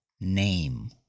name